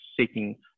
seeking